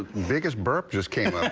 biggest burp just came